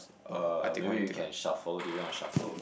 uh maybe we can shuffle do you want to shuffle